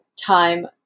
time